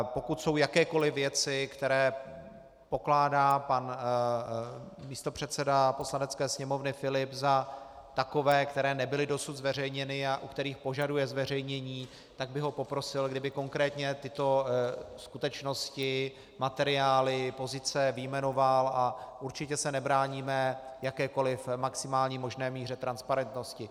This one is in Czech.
Pokud jsou jakékoliv věci, které pokládá pan místopředseda Poslanecké sněmovny Filip za takové, které nebyly dosud zveřejněny a u kterých požaduje zveřejnění, tak bych ho poprosil, kdyby konkrétně tyto skutečnosti, materiály, pozice vyjmenoval, a určitě se nebráníme jakékoliv maximální možné míře transparentnosti.